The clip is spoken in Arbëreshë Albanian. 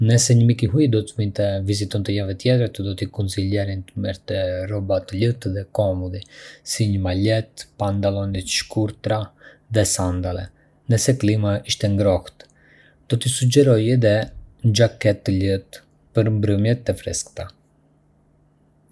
Nëse një mik i huaj do të vinte të më vizitonte javën tjetër, do t'i kuncillarinj të merrte rroba të lehtë dhe comodi, si një malet, pantallona të shkurtra dhe sandale, nëse klima është e ngrohtë. Do t'i sugjeroja edhe një xhaketë të lehtë për mbrëmjet e freskëta.